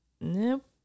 Nope